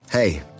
Hey